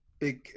big